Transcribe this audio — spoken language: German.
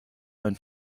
ein